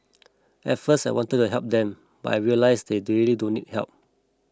at first I wanted to help them but I realised they really don't need help